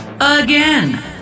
again